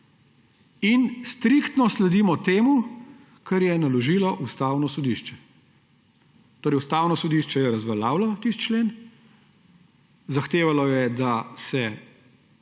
In striktno sledimo temu, kar je naložilo Ustavno sodišče. Torej, Ustavno sodišče je razveljavilo tisti člen, zahtevalo je, da se